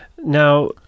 Now